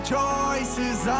Choices